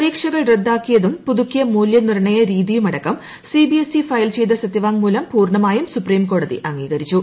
പരീക്ഷകൾ റദ്ദാക്കിയതും പുതുക്കിയ മൂല്യനിർണ്ണയ രീതിയും അടക്കം സിബിഎസ്ഇ ഫയൽ ചെയ്ത സത്യവാങ്മൂലം പൂർണ്ണമായും സുപ്രീംകോടതി അംഗീകരിച്ചു